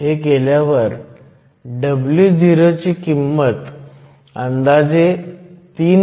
हे केल्यावर Wo ची किंमत अंदाजे 3